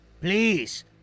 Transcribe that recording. Please